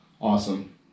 Awesome